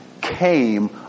came